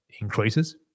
increases